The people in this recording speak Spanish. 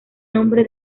nombre